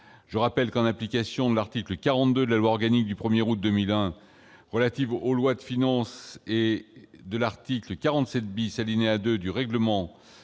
je rappelle qu'en application de l'article 40 de la loi organique du 1er août 2001 relative aux lois de finances et de l'article 47 bis alinéa 2 du règlement